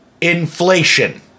inflation